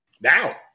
Now